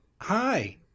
hi